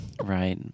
right